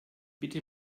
bitte